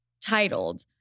titled